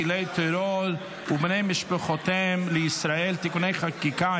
פעילי טרור ובני משפחותיהם לישראל (תיקוני חקיקה),